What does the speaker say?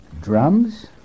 Drums